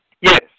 Yes